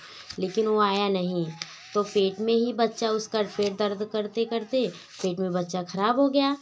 लेकिन वह आया नहीं तो पेट में ही बच्चा उसका पेट दर्द करते करते पेट में बच्चा खराब हो गया